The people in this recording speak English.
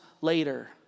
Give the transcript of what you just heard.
later